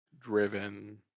driven